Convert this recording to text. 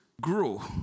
grow